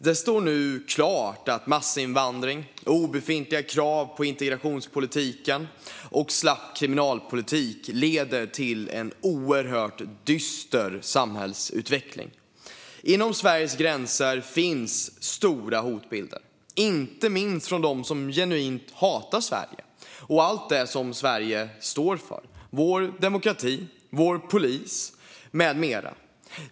Det står nu klart att massinvandring, obefintliga krav på integrationspolitik och slapp kriminalpolitik leder till en oerhört dyster samhällsutveckling. Inom Sveriges gränser finns stora hotbilder, inte minst från dem som genuint hatar Sverige och allt det som Sverige står för: vår demokrati, vår polis med mera.